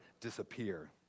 disappear